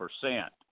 percent